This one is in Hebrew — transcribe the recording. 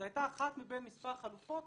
זו הייתה אחת מבין מספר חלופות,